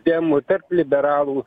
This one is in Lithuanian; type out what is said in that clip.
demų tarp liberalų